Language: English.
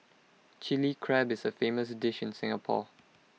Chilli Crab is A famous dish in Singapore